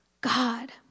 God